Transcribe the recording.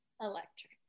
Electric